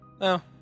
No